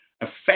affect